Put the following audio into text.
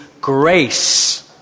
grace